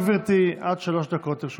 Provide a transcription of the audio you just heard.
בבקשה, גברתי, עד שלוש דקות לרשותך.